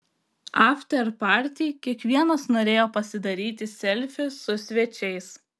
afteparty kiekvienas norėjo pasidaryti selfį su svečiais